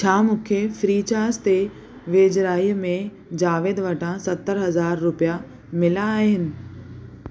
छा मूंखे free charge ते वेझिराईअ में जावेद वटां सतरि हज़ार रुपिया मिलिया आहिनि